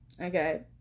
Okay